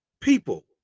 people